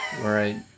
Right